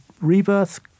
rebirth